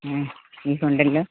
ബീഫുണ്ടല്ലോ